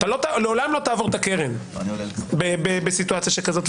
אתה לעולם לא תעבור את הקרן בסיטואציה כזאת.